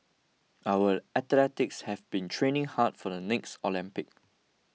our athletes have been training hard for the next Olympics